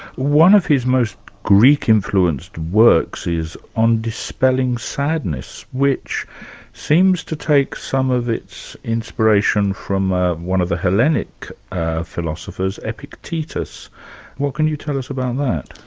one of his most greek-influenced works is on dispelling sadness, which seems to take some of its inspiration from ah one of the hellenic philosophers, epictetus. what can you tell us about that?